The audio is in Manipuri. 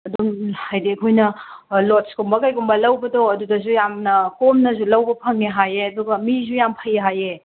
ꯑꯗꯨꯝ ꯍꯥꯏꯕꯗꯤ ꯑꯩꯈꯣꯏꯅ ꯂꯣꯗꯁꯀꯨꯝꯕ ꯀꯩꯒꯨꯝꯕ ꯂꯧꯕꯗꯣ ꯑꯗꯨꯗꯁꯨ ꯌꯥꯝꯅ ꯀꯣꯝꯅꯁꯨ ꯂꯧꯕ ꯐꯪꯉꯦ ꯍꯥꯏꯌꯦ ꯑꯗꯨꯒ ꯃꯤꯁꯨ ꯌꯥꯝ ꯐꯩ ꯍꯥꯏꯌꯦ